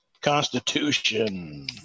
Constitution